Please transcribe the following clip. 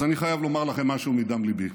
אז אני חייב לומר לכם משהו מדם ליבי.